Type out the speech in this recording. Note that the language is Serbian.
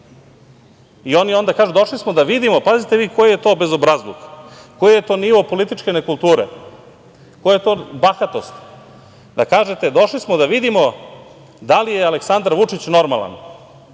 Onda oni kažu – došli smo da vidimo, pazite vi koji je to bezobrazluk, koji je to nivo političke nekulture, koja je to bahatost, da kažete – došli smo da vidimo da li je Aleksandar Vučić normalan.